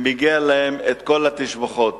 ומגיעים להם כל השבחים.